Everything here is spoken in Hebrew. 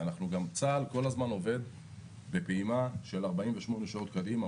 צה"ל כל הזמן עובד בפעימה של 48 שעות קדימה,